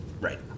Right